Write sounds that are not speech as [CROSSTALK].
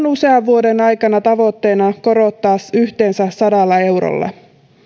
[UNINTELLIGIBLE] usean vuoden aikana tavoitteena korottaa yhteensä sadalla eurolla